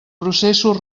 processos